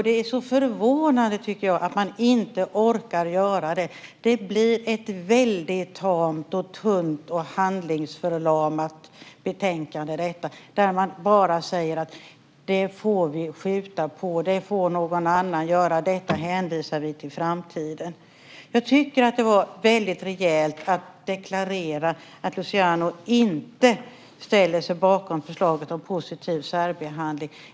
Det är så förvånande, tycker jag, att man inte orkar göra det. Det blir ett väldigt tamt, tunt och handlingsförlamat betänkande där man bara säger: Det får vi skjuta på. Det får någon annan göra. Detta hänvisar vi till framtiden. Jag tycker att det var väldigt rejält att deklarera att Luciano inte ställer sig bakom förslaget om positiv särbehandling.